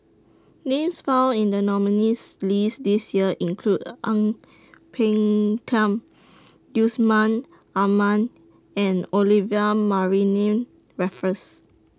Names found in The nominees' list This Year include Ang Peng Tiam Yusman Aman and Olivia Mariamne Raffles